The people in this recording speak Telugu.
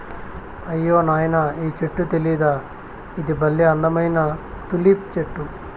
అయ్యో నాయనా ఈ చెట్టు తెలీదా ఇది బల్లే అందమైన తులిప్ చెట్టు